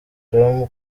com